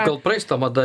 gal praeis ta mada